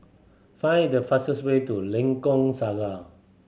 find the fastest way to Lengkok Saga